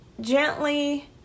gently